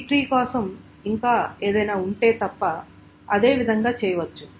B tree కోసం ఇంకా ఏదైనా ఉంటే తప్ప అదే విధంగా చేయవచ్చు